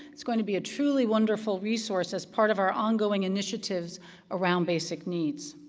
it's going to be a truly wonderful resource as part of our ongoing initiatives around basic needs.